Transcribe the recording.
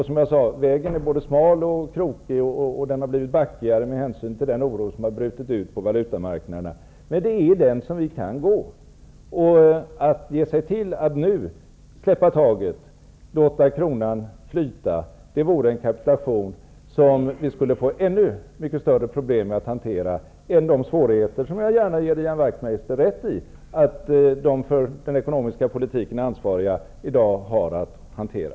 Som jag sade är vägen både smal och krokig, och den har blivit backigare med hänsyn till den oro som har brutit ut på valutamarknaderna, men det är den väg som vi kan gå. Att nu släppa taget och låta kronan flyta vore en kapitulation som vi skulle få ännu mycket större problem med att hantera än de svårigheter som -- det ger jag gärna Ian Wachtmeister rätt i -- de för den ekonomiska politiken ansvariga i dag har att hantera.